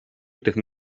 дахин